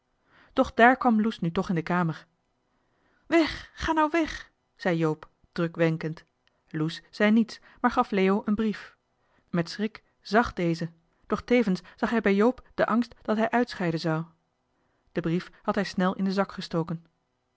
doch daar kwam loes nu toch in de kamer weg ga nou weg zei joop druk wenkend loes zei niets maar gaf leo een brief met schrik zàg deze doch tevens zag hij bij joop den angst dat hij uitscheiden zou den brief had hij snel in den zak gestoken